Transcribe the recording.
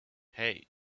hey